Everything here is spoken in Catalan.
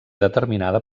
determinada